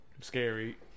scary